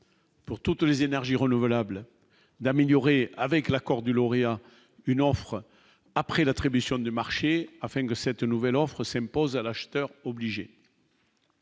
Pour toutes les énergies renouvelables, d'améliorer, avec l'accord du lauréat une offre après l'attribution de marchés afin que cette nouvelle offre s'impose à l'acheteur obligé